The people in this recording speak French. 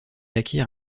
acquiert